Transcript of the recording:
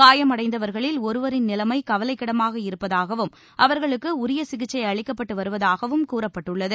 காயமடைந்தவர்களில் ஒருவரின் நிலைமை கவலைக்கிடமாக இருப்பதாகவும் அவர்களுக்கு உரிய சிகிச்சை அளிக்கப்பட்டு வருவதாகவும் கூறப்பட்டுள்ளது